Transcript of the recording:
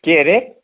के अरे